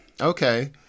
Okay